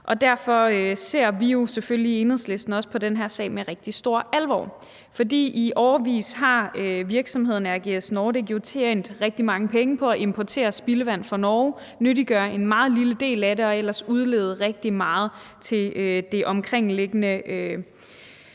og derfor ser vi jo selvfølgelig i Enhedslisten også på den her sag med rigtig stor alvor. For i årevis har virksomheden RGS Nordic jo tjent rigtig mange penge på at importere spildevand fra Norge, nyttiggøre en meget lille del af det og så ellers udlede rigtig meget til det omkringliggende